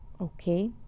Okay